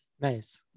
nice